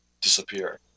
disappear